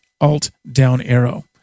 Alt-Down-Arrow